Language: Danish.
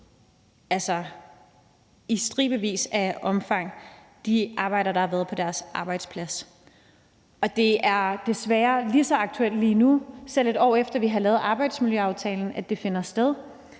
i stribevis af de arbejdere, der har været på deres arbejdsplads. Det er desværre lige så aktuelt lige nu. Selv et år efter at vi har lavet arbejdsmiljøaftalen, finder det sted.